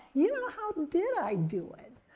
you know, how did i do it?